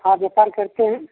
हाँ व्यापार करते हैं